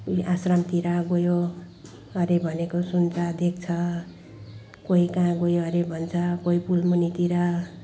आश्रमतिर गयो अरे भनेको सुन्छ देख्छ कोही कहाँ गयो अरे भन्छ कोही पुल मुनितिर